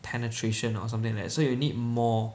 penetration or something like that so you will need more